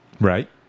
Right